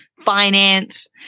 finance